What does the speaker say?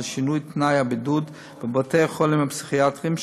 שינוי תנאי הבידוד בבתי-החולים הפסיכיאטריים,